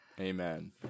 Amen